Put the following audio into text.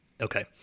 Okay